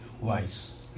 wise